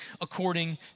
according